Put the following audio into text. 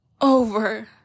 over